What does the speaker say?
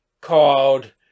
called